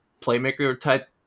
playmaker-type